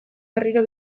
berriro